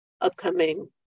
upcoming